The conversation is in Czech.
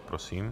Prosím.